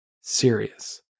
Serious